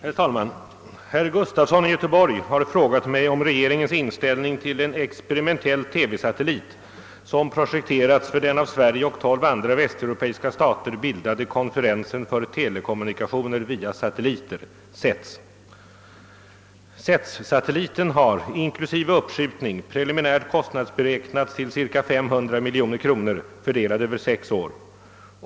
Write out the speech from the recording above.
Herr talman! Herr Gustafson i Göteborg har frågat mig om regeringens inställning till en experimentell TV-satellit som projekterats för den av Sverige och tolv andra västeuropeiska stater bildade konferensen för telekommunikationer via satelliter, CETS. CETS-satelliten har inklusive uppskjutning preliminärt kostnadsberäknats till cirka 500 miljoner kronor fördelade över sex år.